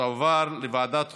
לוועדת החוקה,